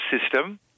system